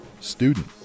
student